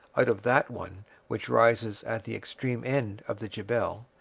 out of that one which rises at the extreme end of the jebel,